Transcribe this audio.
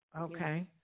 Okay